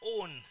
own